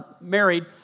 married